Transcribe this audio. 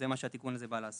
זה מה שהתיקון הזה בא לעשות.